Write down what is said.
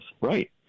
Right